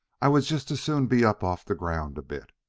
i would just as soon be up off the ground a bit.